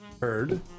heard